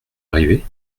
arrivé